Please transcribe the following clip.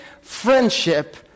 friendship